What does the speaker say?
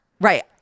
right